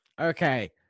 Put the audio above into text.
Okay